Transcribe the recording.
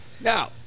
Now